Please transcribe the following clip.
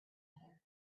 other